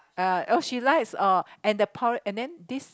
uh oh she likes uh and the and then this